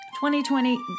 2020